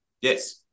Yes